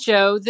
Joe